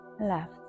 left